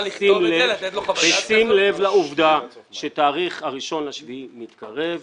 בשים לב לעובדה שתאריך ה-1 ביולי מתקרב,